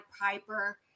Piper